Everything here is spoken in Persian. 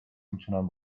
میتونم